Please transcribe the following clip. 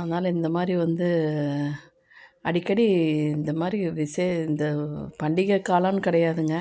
அதனால இந்த மாதிரி வந்து அடிக்கடி இந்த மாதிரி விசே இந்த பண்டிகை காலம்ன்னு கிடையாதுங்க